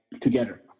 together